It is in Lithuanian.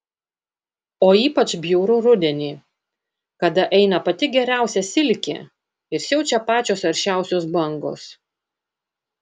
o ypač bjauru rudenį kada eina pati geriausia silkė ir siaučia pačios aršiausios bangos